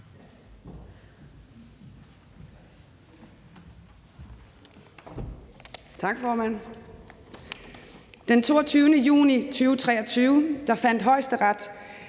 Tak, formand. Den 22. juni 2023 fandt Højesteret,